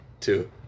two